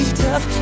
tough